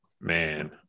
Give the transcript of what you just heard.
Man